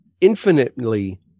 infinitely